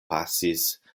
pasis